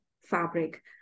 fabric